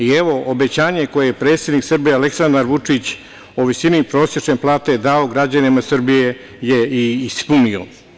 I, evo obećanje koje je predsednik Srbije Aleksandar Vučić, o visini prosečne plate dao građanima Srbije je i ispunio.